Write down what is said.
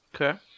Okay